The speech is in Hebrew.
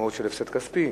המשמעות היא הפסד כספי.